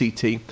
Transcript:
CT